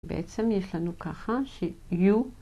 בעצם יש לנו ככה, שיהיו